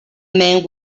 men